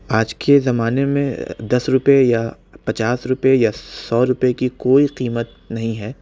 آج کے زمانے میں دس روپئے یا پچاس روپئے یا سو روپئے کی کوئی قیمت نہیں ہے